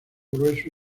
grueso